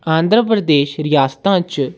आंध्र प्रदेश रियासता च